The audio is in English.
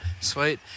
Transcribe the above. Sweet